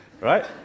right